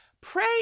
Pray